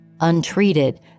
Untreated